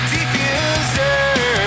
Diffuser